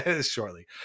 shortly